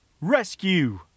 Rescue